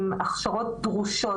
הן הכשרות דרושות,